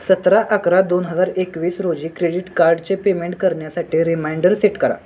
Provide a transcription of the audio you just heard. सतरा अकरा दोन हजार एकवीस रोजी क्रेडिट कार्डचे पेमेंट करण्यासाठी रिमाइंडर सेट करा